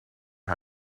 how